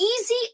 easy